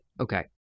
Okay